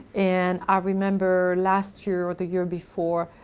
and, i remember last year or the year before,